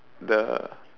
the